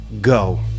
go